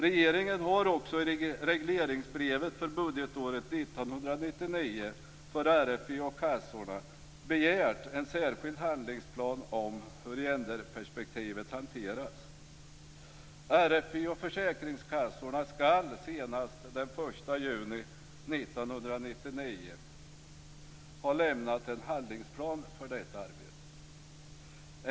Regeringen har också i regleringsbrevet för budgetåret 1999 för RFV och kassorna begärt en särskild handlingsplan om hur gender-perspektivet hanteras. 1999 ha lämnat en handlingsplan för detta arbete.